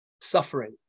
suffering